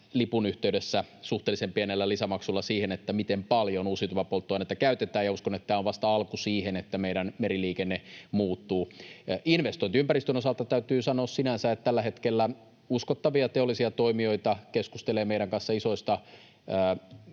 lipun yhteydessä suhteellisen pienellä lisämaksulla siihen, miten paljon uusiutuvaa polttoainetta käytetään. Uskon, että tämä on vasta alku sille, että meidän meriliikenne muuttuu. Investointiympäristön osalta täytyy sanoa sinänsä, että tällä hetkellä uskottavia teollisia toimijoita keskustelee meidän kanssa isoista